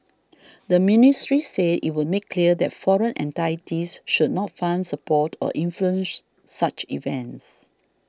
the ministry said it would make clear that foreign entities should not fund support or influence such events